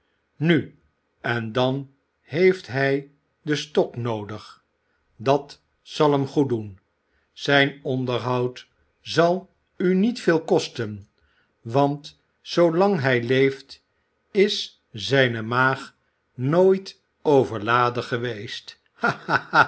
nu en dan heeft hij den stok noodig dat zal hem goeddoen zijn onderhoud zal u niet veel kosten want zoolang hij leeft is zijne maag nooit overladen geweest